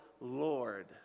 Lord